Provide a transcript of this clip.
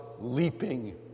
leaping